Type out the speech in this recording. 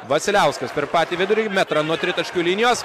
vasiliauskas per patį vidurį metrą nuo tritaškių linijos